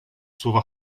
słowa